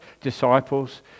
disciples